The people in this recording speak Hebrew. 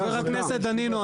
חבר הכנסת דנינו,